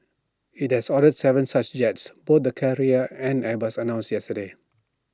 IT does ordered Seven such yachts both the carrier and airbus announced yesterday